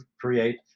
create